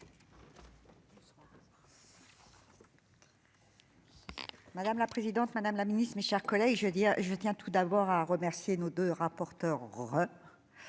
Madame la présidente, Madame la Ministre, mes chers collègues, je veux dire, je tiens tout d'abord à remercier nos deux rapporteurs dont